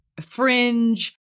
Fringe